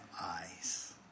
eyes